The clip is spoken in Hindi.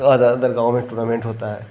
अदर अदर गाँव में टूर्नामेंट होता है